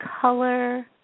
color